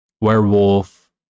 werewolf